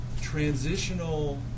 transitional